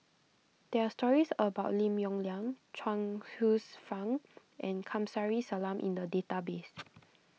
there are stories about Lim Yong Liang Chuang Hsueh Fang and Kamsari Salam in the database